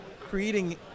creating